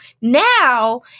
Now